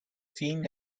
seen